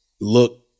look